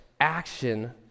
action